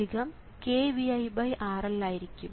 ഇവ പൂജ്യം ആണ്